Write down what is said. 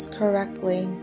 correctly